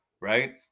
Right